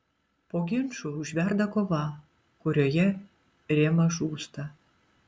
po ginčų užverda kova kurioje rėmas žūsta